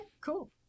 cool